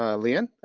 um lee ann,